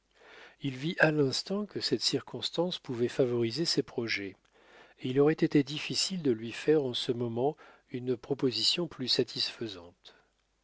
il vit à l'instant que cette circonstance pouvait favoriser ses projets et il aurait été difficile de lui faire en ce moment une proposition plus satisfaisante